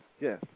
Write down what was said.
yes